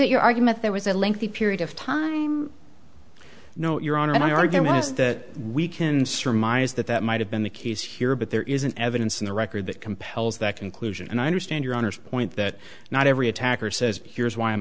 it your argument there was a lengthy period of time know your own argument is that we can surmise that that might have been the case here but there isn't evidence in the record that compels that conclusion and i understand your honour's point that not every attacker says here's why